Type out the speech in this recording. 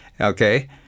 okay